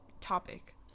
topic